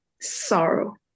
sorrow